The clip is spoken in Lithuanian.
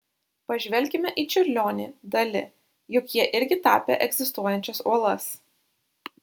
pažvelkime į čiurlionį dali juk jie irgi tapė egzistuojančias uolas